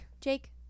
Jake